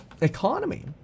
economy